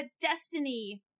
destiny